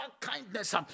kindness